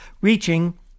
reaching